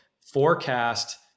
forecast